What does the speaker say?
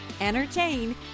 entertain